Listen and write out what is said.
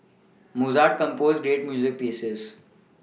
Mozart composed great music pieces